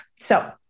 So-